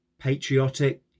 Patriotic